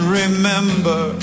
remember